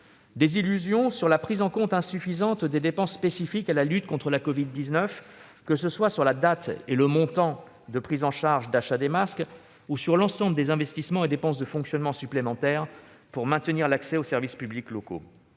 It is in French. également sur la prise en compte insuffisante des dépenses spécifiques à la lutte contre la covid-19, que ce soit sur la date et le montant de prise en charge pour l'achat des masques ou sur l'ensemble des investissements et dépenses de fonctionnement supplémentaires pour maintenir l'accès aux services publics locaux.